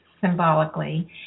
symbolically